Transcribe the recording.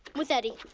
with eddie.